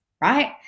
right